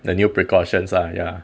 the new precautions ah ya